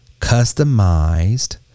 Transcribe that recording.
customized